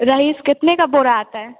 rice कितने का बोरा आता है